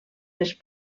les